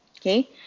okay